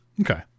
okay